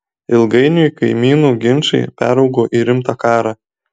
ilgainiui kaimynų ginčai peraugo į rimtą karą